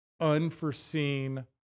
unforeseen